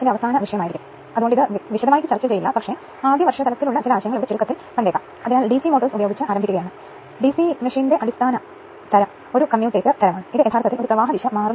5 പ്രവർത്തനക്ഷമതയുണ്ട് ഐക്യ പവർ ഫാക്ടറിൽ പകുതി ലോഡ് വിതരണം ചെയ്യുമ്പോൾ വിശകലനം ചെയ്യുമ്പോൾ 99 കാര്യക്ഷമത കാണിക്കുന്നു